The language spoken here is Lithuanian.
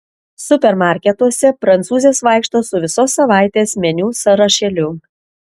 supermarketuose prancūzės vaikšto su visos savaitės meniu sąrašėliu